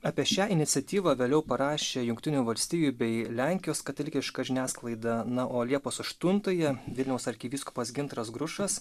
apie šią iniciatyvą vėliau parašė jungtinių valstijų bei lenkijos katalikiška žiniasklaida na o liepos aštuntąją vilniaus arkivyskupas gintaras grušas